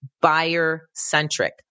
buyer-centric